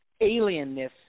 Alienness